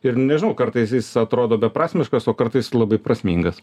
ir nežinau kartais jis atrodo beprasmiškas o kartais labai prasmingas